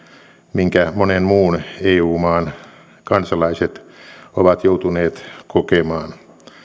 minkä monen muun eu maan kansalaiset ovat joutuneet kokemaan